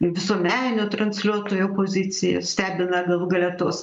visuomeninio transliuotojo pozicija stebina galų gale tos